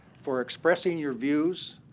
for expressing your views.